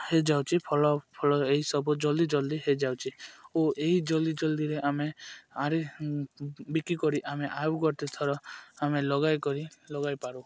ହେଇଯାଉଛି ଫଳ ଫଳ ଏହିସବୁ ଜଲ୍ଦି ଜଲ୍ଦି ହେଇଯାଉଚି ଓ ଏହି ଜଲ୍ଦି ଜଲ୍ଦିରେ ଆମେ ବିକି କରି ଆମେ ଆଉ ଗୋଟେ ଥର ଆମେ ଲଗାଇ କରି ଲଗାଇପାରୁ